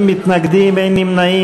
50 מתנגדים, אין נמנעים.